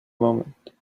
moment